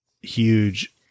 huge